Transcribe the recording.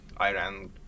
Iran